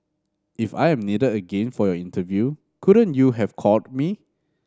if I am needed again for your interview couldn't you have called me